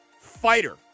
fighter